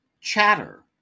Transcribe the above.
Chatter